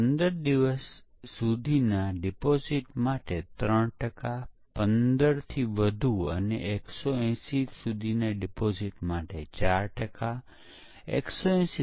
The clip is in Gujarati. પરીક્ષણ પરના બાકીના 50 ટકા પ્રયત્નો 10 ટકા સમયમાં કરવામાં આવે છેતે કેવી રીતે શક્ય છે